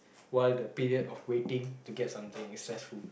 while the period of waiting to get something is stressful